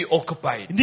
occupied